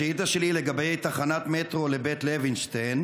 השאילתה שלי היא לגבי תחנת מטרו לבית לוינשטיין.